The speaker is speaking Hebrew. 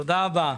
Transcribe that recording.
תודה רבה.